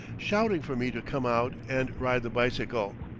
shouting for me to come out and ride the bicycle.